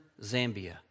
Zambia